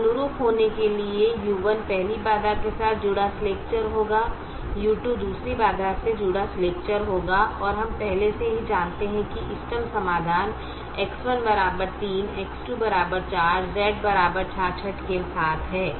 तो अनुरूप होने के लिए u1 पहली बाधा के साथ जुड़ा स्लैक चर होगा u2 दूसरा बाधा से जुड़ा स्लैक चर होगा और हम पहले से ही जानते हैं कि इष्टतम समाधान X1 3 X2 4 Z 66 के साथ है